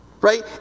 Right